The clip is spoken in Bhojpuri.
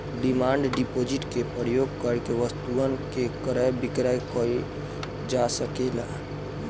डिमांड डिपॉजिट के प्रयोग करके वस्तुअन के क्रय विक्रय कईल जा सकेला